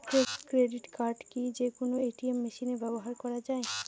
Credit card কি যে কোনো এ.টি.এম মেশিনে ব্যবহার করা য়ায়?